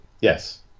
Yes